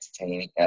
entertaining